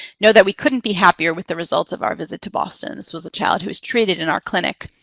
know that we couldn't be happier with the results of our visit to boston. this was a child who was treated in our clinic.